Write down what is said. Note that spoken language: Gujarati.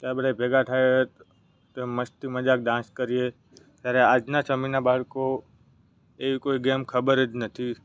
આ બધાએ ભેગા થાએ તો એમ મસ્તી મજાક ડાન્સ કરીએ ત્યારે આજના સમયના બાળકો એવી કોઈ ગેમ ખબર જ નથી